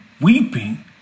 weeping